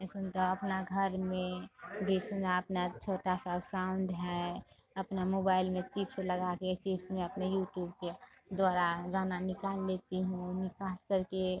ये सुन तो अपना घर में भी सुना अपना छोटा सा साउंड है अपना मोबाइल में चिप्स लगा के चिप्स में अपने यूट्यूब पे द्वारा गाना निकाल लेती हूँ निकालकर के